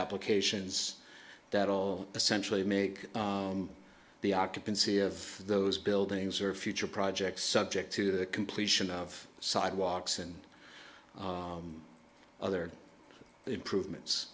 applications that all essentially make the occupancy of those buildings or future projects subject to the completion of sidewalks and other improvements